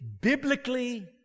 biblically